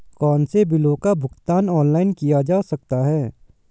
कौनसे बिलों का भुगतान ऑनलाइन किया जा सकता है?